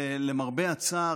למרבה הצער,